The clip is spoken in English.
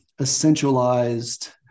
essentialized